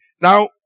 Now